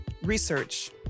Research